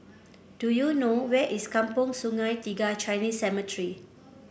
do you know where is Kampong Sungai Tiga Chinese Cemetery